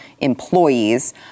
employees